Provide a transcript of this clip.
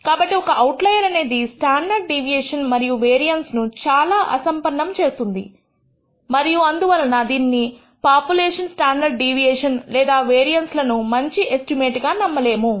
కాబట్టి ఒక అవుట్లయర్ అనేది స్టాండర్డ్ డీవియేషన్ మరియు వేరియన్స్ను చాలా అసంపన్నము గా చేస్తుంది మరియు అందువలన దీనిని పాపులేషన్ స్టాండర్డ్ డీవియేషన్ లేదా వేరియన్స్ లను మంచి ఎస్టిమేట్ గా నమ్మలేము